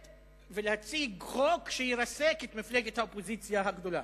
להציג חוק שירסק את מפלגת האופוזיציה הגדולה.